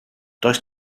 does